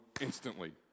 instantly